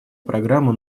программа